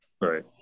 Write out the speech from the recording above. right